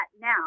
now